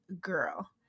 girl